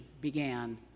began